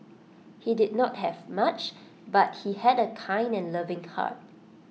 he did not have much but he had A kind and loving heart